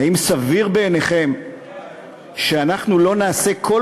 האם סביר בעיניכם שאנחנו לא נעשה כל